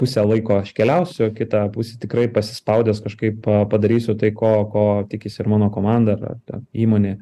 pusę laiko aš keliausiu o kitą pusę tikrai pasispaudęs kažkaip padarysiu tai ko ko tikisi ir mano komanda ar ar ten įmonė